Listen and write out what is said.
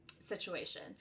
situation